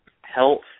health